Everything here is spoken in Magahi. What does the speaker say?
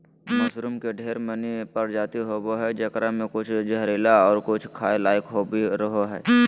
मशरूम के ढेर मनी प्रजाति होवो हय जेकरा मे कुछ जहरीला और कुछ खाय लायक भी रहो हय